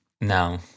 No